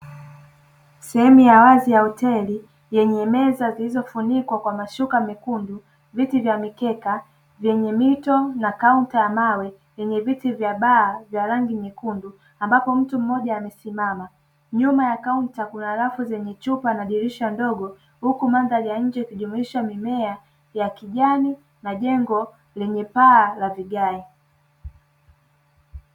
Sehemu ya wazi ya hoteli yenye meza zilizofunikwa kwa mashuka mekundu, viti vya mikeka, vyenye mito na kaunta ya mawe, yenye viti vya baa vyenye rangi nyekundu, ambapo mtu mmoja amesimama. nyuma ya kaunta kuna rafu zenye chupa na dirisha ndogo huku mandhari ya nje ikijumuisha mimea ya kijani na jengo lenye paa la vigae.